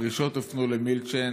הדרישות הופנו למילצ'ן